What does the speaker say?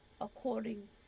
according